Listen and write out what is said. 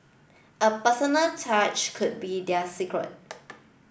a personal touch could be their secret